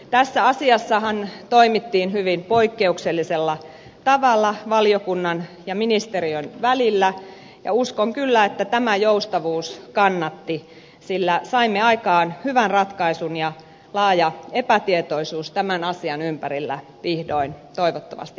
tässä asiassahan toimittiin hyvin poikkeuksellisella tavalla valiokunnan ja ministeriön välillä ja uskon kyllä että tämä joustavuus kannatti sillä saimme aikaan hyvän ratkaisun ja laaja epätietoisuus tämän asian ympärillä vihdoin toivottavasti hälvenee